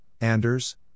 Anders